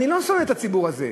אני לא שונא את הציבור הזה,